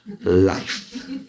life